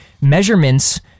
measurements